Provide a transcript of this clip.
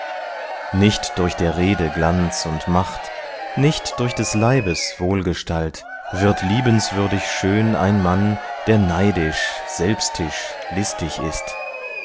nicht durch der rede glanz und macht nicht durch des leibes wohlgestalt wird liebenswürdig schön ein mann der neidisch selbstisch listig ist